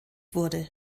wurde